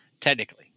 technically